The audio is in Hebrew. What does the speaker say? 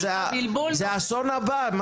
זה האסון הבא.